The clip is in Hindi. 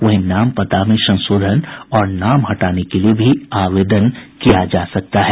वहीं नाम पता में संशोधन और नाम हटाने के लिए भी आवेदन किया जा सकता है